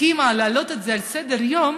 הסכימה להעלות את זה על סדר-היום,